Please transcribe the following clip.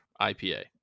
ipa